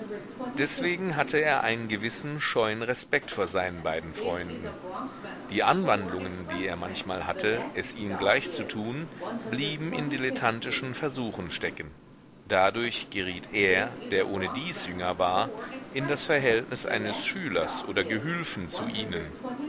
deswegen hatte er einen gewissen scheuen respekt vor seinen beiden freunden die anwandlungen die er manchmal hatte es ihnen gleichzutun blieben in dilettantischen versuchen stecken dadurch geriet er der ohnedies jünger war in das verhältnis eines schülers oder gehülfen zu ihnen